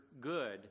good